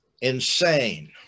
insane